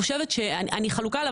אני חלוקה עליו.